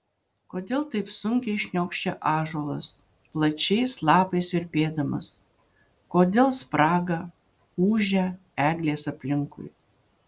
kodėl taip sunkiai šniokščia ąžuolas plačiais lapais virpėdamas kodėl spraga ūžia eglės aplinkui